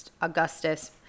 Augustus